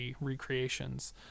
recreations